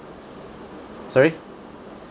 sorry